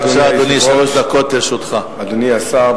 אדוני היושב-ראש, תודה, אדוני השר,